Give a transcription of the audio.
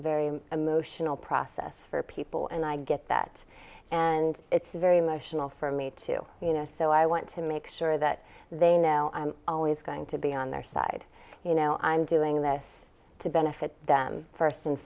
very emotional process for people and i get that and it's very emotional for me to you know so i want to make sure that they know i'm always going to be on their side you know i'm doing this to benefit them first and